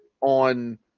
on